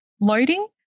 loading